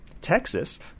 Texas